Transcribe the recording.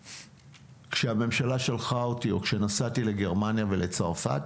כשהממשלה שלחה אותי או כשנסעתי לגרמניה ולצרפת,